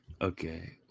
Okay